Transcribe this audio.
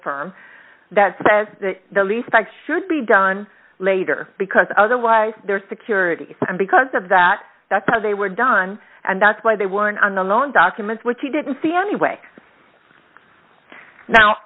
firm that says the lease back should be done later because otherwise there's security and because of that that's how they were done and that's why they weren't on the loan documents which he didn't see any way now